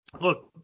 Look